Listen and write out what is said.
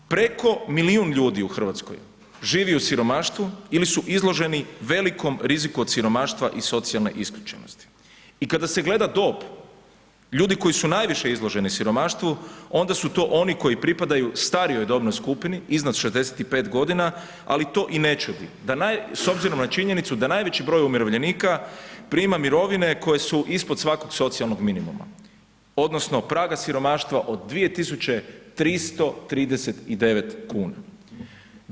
Preko milijun ljudi u RH živi u siromaštvu ili su izloženi velikom riziku od siromaštva i socijalne isključenosti i kada se gleda dob ljudi koji su najviše izloženi siromaštvu, onda su to oni koji pripadaju starijoj dobnoj skupini, iznad 65.g., ali to i ne čudi s obzirom na činjenicu da najveći broj umirovljenika prima mirovine koje su ispod svakog socijalnog minimuma odnosno praga siromaštva od 2.339,00 kn.